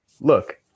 look